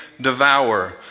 devour